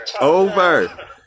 Over